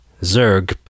Zerg